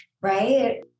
right